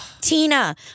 tina